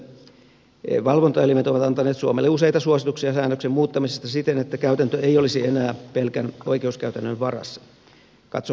kansainvälisten ihmisoikeussopimusten valvontaelimet ovat antaneet suomelle useita suosituksia säännöksen muuttamisesta siten että käytäntö ei olisi enää pelkän oikeuskäytännön varassa